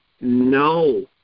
No